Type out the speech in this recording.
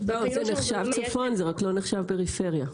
זה נחשב צפון, זה רק לא נחשב פריפריה.